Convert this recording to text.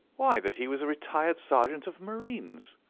why, that he was a retired sergeant of marines.